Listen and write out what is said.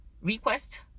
request